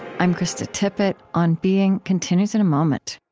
i'm krista tippett. on being continues in a moment